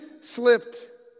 slipped